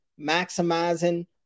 maximizing